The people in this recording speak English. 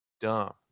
dumb